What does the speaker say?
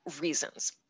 reasons